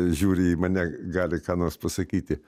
žiūri į mane gali ką nors pasakyti